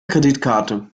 kreditkarte